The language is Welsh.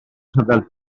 rhyfel